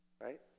Right